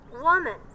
Woman